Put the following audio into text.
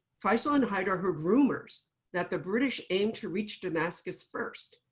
faisal and haidar heard rumors that the british aimed to reach damascus first,